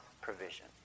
provision